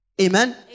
Amen